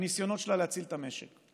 בניסיונות שלה להציל את המשק.